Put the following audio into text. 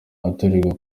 atorerwa